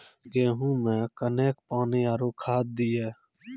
गेहूँ मे कखेन पानी आरु खाद दिये?